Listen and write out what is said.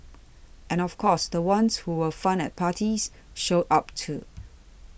and of course the ones who were fun at parties showed up too